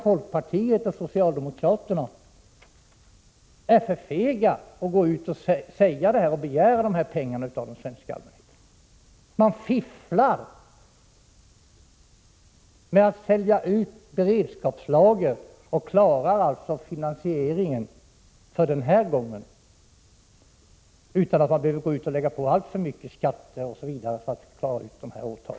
Folkpartisterna och socialdemokraterna är däremot för fega för att gå ut till den svenska allmänheten och begära de pengar som skulle behövas. Man fifflar genom att föreslå att beredskapslager skall säljas ut och ordnar alltså finansieringen för den här gången, utan att man behöver lägga på alltför mycket skatter osv. för att klara åtagandena.